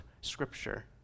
Scripture